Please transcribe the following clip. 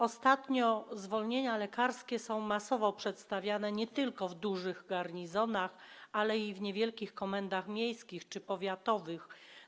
Ostatnio zwolnienia lekarskie są masowo przedstawiane nie tylko w dużych garnizonach, ale i w niewielkich komendach miejskich czy powiatowych.